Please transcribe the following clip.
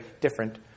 different